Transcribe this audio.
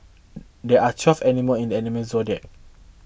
there are twelve animal in the animal Zodiac